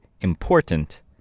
important